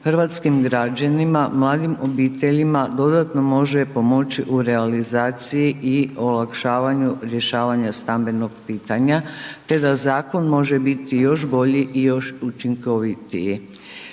hrvatskim građanima, mladim obiteljima, dodatno može pomoći u realizaciji i olakšavanju rješavanja stambenog pitanja, te da zakon može biti još bolji i još učinkovitiji.